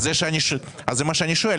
אז זה מה שאני שואל,